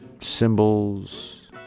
Symbols